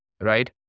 Right